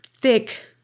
thick